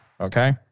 Okay